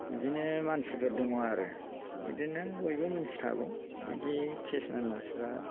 बिदिनो मानसिफोर दङ आरो बिदिनो बयबो मिन्थिखागौ बिदि किसुमान मानसिफ्रा